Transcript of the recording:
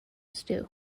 stew